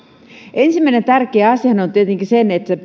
ensimmäinen tärkeä asiahan on tietenkin se miten